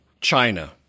China